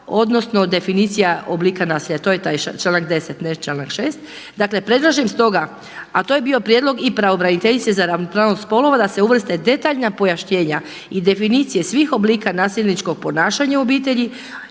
odnosno definicija oblika nasilja. To je taj članak 10. ne članak 6. Dakle, predlažem stoga a to je bio prijedlog i pravobraniteljice za ravnopravnost spolova da se uvrste detaljna pojašnjenja i definicije svih oblika nasilničkog ponašanja u obitelji